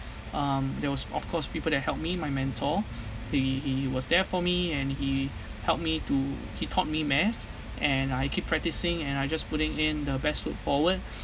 um there was of course people that help me my mentor he he was there for me and he helped me to he taught me math and I keep practicing and I just putting in the best foot forward